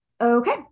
Okay